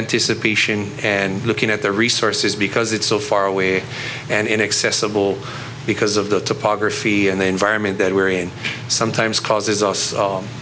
anticipation and looking at the resources because it's so far away and inaccessible because of the fear and the environment that we're in sometimes causes us